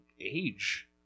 age